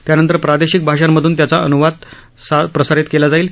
त्यानंतर प्रादेशिक भाषांमधून त्याचा अनुवाद प्रसारित केला जाईल